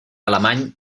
alemany